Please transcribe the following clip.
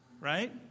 Right